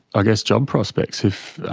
i guess job prospects. if